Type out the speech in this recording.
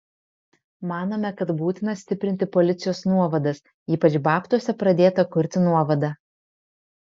manome kad būtina stiprinti policijos nuovadas ypač babtuose pradėtą kurti nuovadą